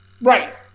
Right